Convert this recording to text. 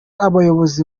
abayobozi